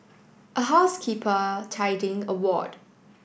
a housekeeper tidying a ward